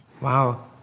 Wow